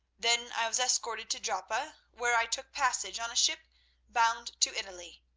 then i was escorted to joppa, where i took passage on a ship bound to italy,